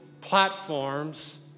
platforms